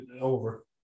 over